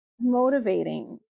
motivating